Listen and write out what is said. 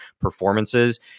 performances